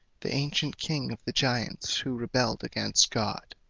the ancient king of the giants, who rebelled against god.